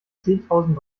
zehntausend